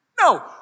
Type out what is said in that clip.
No